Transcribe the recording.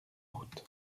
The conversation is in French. route